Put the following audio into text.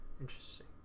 interesting